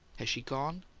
has she gone?